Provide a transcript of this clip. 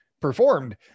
performed